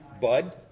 Bud